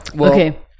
Okay